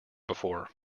before